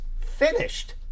finished